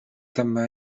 dyma